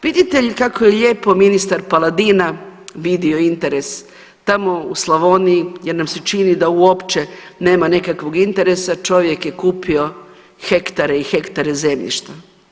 Vidite kako je lijepo ministar Paladina vidio interes tamo u Slavoniji jer nam se čini da uopće nema nikakvog interesa, čovjek je kupio hektare i hektare zemljišta.